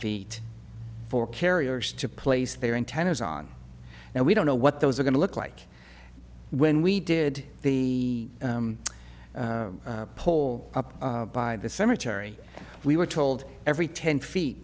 feet for carriers to place their antennas on and we don't know what those are going to look like when we did the pull up by the cemetery we were told every ten feet